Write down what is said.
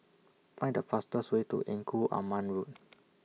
Find The fastest Way to Engku Aman Road